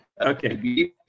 Okay